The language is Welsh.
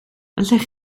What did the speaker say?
allwch